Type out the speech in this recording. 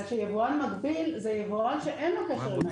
שיבואן מקביל זה יבואן שאין לו קשר...